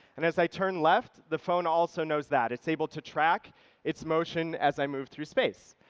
and as i turn left, the phone also knows that. it's able to track its motion as i move through space.